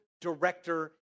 director